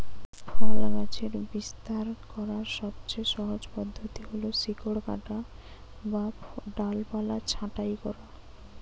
ফল গাছের বিস্তার করার সবচেয়ে সহজ পদ্ধতি হল শিকড় কাটা বা ডালপালা ছাঁটাই করা